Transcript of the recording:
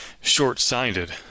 short-sighted